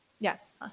yes